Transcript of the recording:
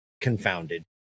confounded